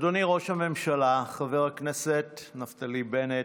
אדוני ראש הממשלה חבר הכנסת נפתלי בנט,